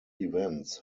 events